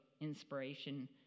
inspiration